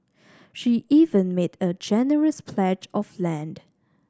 she even made a generous pledge of land